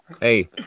Hey